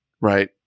right